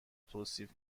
توصیف